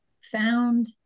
found